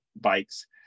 bikes